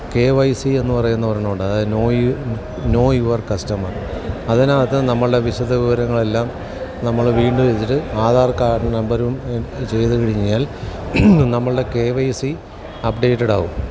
K Y C എന്നു പറയുന്ന ഒരെണ്ണമുണ്ട് അതായത് know you know your customer അതിനകത്ത് നമ്മളുടെ വിശദവിവരങ്ങളെല്ലാം നമ്മൾ വീണ്ടും വെച്ചിട്ട് ആധാര് കാര്ഡിന്റെ നമ്പരും ചെയ്തു കഴിഞ്ഞാല് നമ്മളുടെ കെ വൈ സി അപ്ഡേറ്റഡാകും